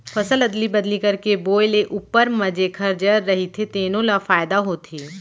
फसल अदली बदली करके बोए ले उप्पर म जेखर जर रहिथे तेनो ल फायदा होथे